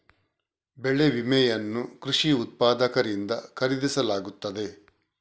ಬೆಳೆ ವಿಮೆಯನ್ನು ಕೃಷಿ ಉತ್ಪಾದಕರಿಂದ ಖರೀದಿಸಲಾಗುತ್ತದೆ